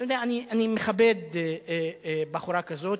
אתה יודע, אני מכבד בחורה כזאת.